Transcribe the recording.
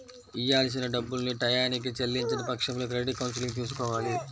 ఇయ్యాల్సిన డబ్బుల్ని టైయ్యానికి చెల్లించని పక్షంలో క్రెడిట్ కౌన్సిలింగ్ తీసుకోవాలి